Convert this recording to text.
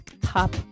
pop